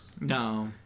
No